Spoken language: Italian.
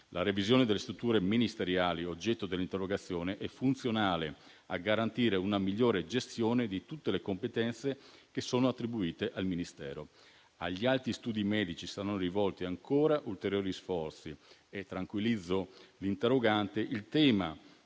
La revisione delle strutture ministeriali oggetto dell'interrogazione è funzionale a garantire una migliore gestione di tutte le competenze attribuite al Ministero. Agli alti studi medici sono rivolti ancora ulteriori sforzi e tranquillizzo l'interrogante,